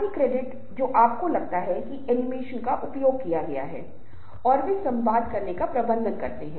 ताकि वे एक साथ काम कर सकें और हमेशा अंतिम तिथि को पूरा करने या लक्ष्य को प्राप्त करने का प्रयास करें